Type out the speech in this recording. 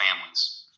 families